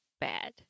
bad